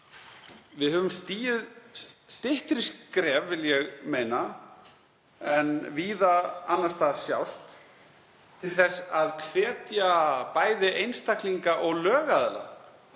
við höfum stigið styttri skref, vil ég meina, en víða annars staðar sjást til að hvetja bæði einstaklinga og lögaðila